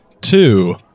Two